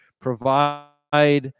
provide